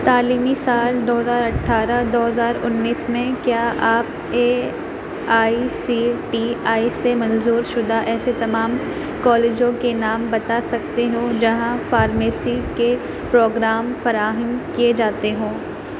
تعلیمی سال دو ہزار اٹھارہ دو ہزار انیس میں کیا آپ A I C T E سے منظور شدہ ایسے تمام کالجوں کے نام بتا سکتے ہو جہاں فارمیسی کے پروگرام فراہم کیے جاتے ہوں